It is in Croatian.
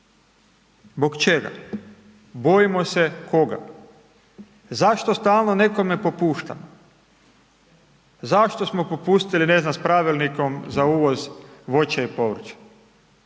Zbog čega? Bojimo se koga. Zašto stalno nekome popuštamo? Zašto smo popustili ne znam s pravilnikom za uvoz voća i povrća,